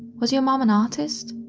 was your mom an artist?